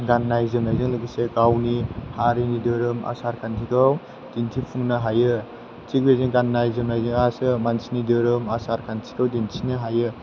गाननाय जोमनायजों लोगोसे गावनि हारिनि धोरोम आसारखान्थिखौ दिन्थिफुंनो हायो थिग बेबायदिनो गाननाय जोमनाय आसो मानसिनि दोहोरोम आसारखान्थिखौ दिन्थिनो हायो